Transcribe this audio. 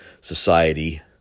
society